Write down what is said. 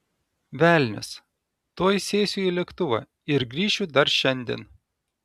velnias tuoj sėsiu į lėktuvą ir grįšiu dar šiandien